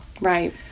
Right